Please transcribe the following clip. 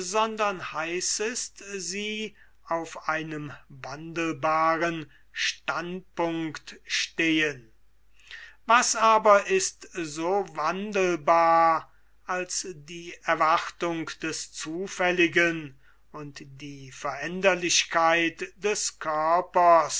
sondern heißest sie auf einem wandelbaren standpunkt stehen was aber ist so wandelbar als die erwartung des zufälligen und die veränderlichkeit des körpers